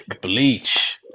Bleach